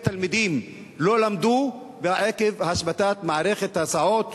תלמידים לא למדו עקב השבתת מערכת ההסעות,